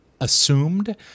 assumed